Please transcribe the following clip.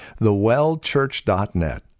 thewellchurch.net